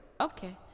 Okay